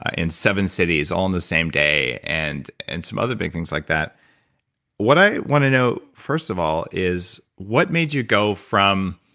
ah in seven cities all in the same day, and and some other big things like that what i want to know, first of all, is what made you go from